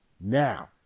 Now